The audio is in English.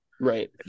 right